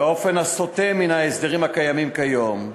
באופן הסוטה מן ההסדרים הקיימים כיום.